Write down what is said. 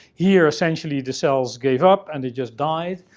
here, essentially, the cells gave up and they just died.